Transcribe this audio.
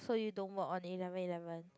so you don't work on eleven eleven